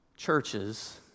Churches